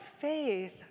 faith